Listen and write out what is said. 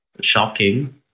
shocking